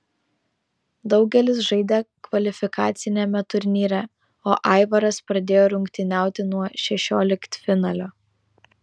daugelis žaidė kvalifikaciniame turnyre o aivaras pradėjo rungtyniauti nuo šešioliktfinalio